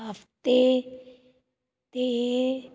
ਹਫਤੇ ਦੇ